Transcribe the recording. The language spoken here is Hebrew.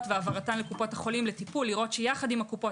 והעברתן לקופות החולים לטיפול לראות שיחד עם הקופות